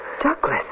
Douglas